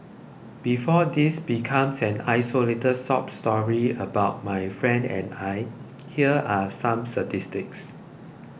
before this becomes an isolated sob story about my friend and I here are some statistics